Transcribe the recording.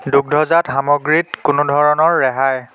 দুগ্ধজাত সামগ্ৰীত কোনো ধৰণৰ ৰেহাই